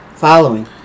Following